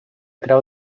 creu